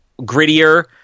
grittier